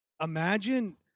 imagine